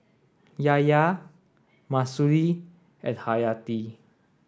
Yahya Mahsuri and Haryati